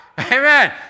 Amen